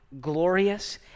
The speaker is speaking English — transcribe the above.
glorious